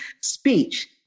speech